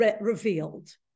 revealed